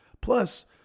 Plus